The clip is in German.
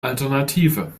alternative